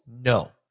No